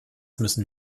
müssen